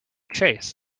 chase